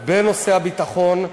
בנושא הביטחון,